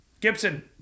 Gibson